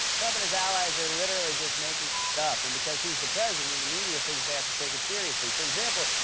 trump and his allies are literally just making up, and because he's the president, and the media thinks they have to take it seriously. for example,